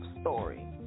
story